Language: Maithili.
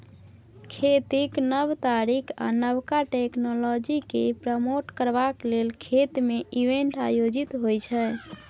खेतीक नब तरीका आ नबका टेक्नोलॉजीकेँ प्रमोट करबाक लेल खेत मे इवेंट आयोजित होइ छै